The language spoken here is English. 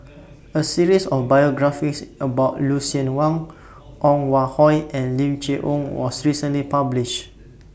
A series of biographies about Lucien Wang Ong Hoi and Lim Chee Onn was recently published